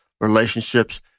relationships